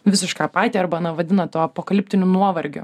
visiška apatija arba na vadina tuo apokaliptiniu nuovargiu